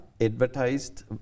advertised